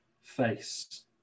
face